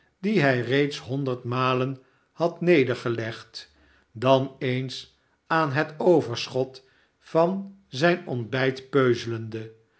die hij reeds honderd malen had nedergelegd dan eens aan het overschot van zijn ontbijt peuzelende